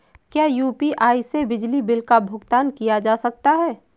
क्या यू.पी.आई से बिजली बिल का भुगतान किया जा सकता है?